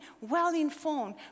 well-informed